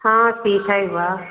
हाँ ठीक है वाह